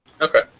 Okay